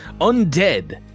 undead